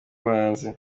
buhanzi